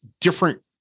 different